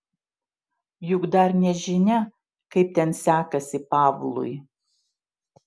juk dar nežinia kaip ten sekasi pavlui